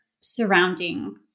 surrounding